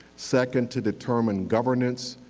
second to determine governance,